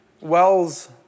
wells